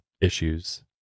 issues